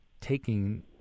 taking